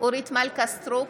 אורית מלכה סטרוק,